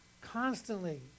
constantly